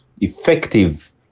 effective